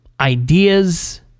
ideas